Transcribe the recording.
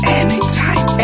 anytime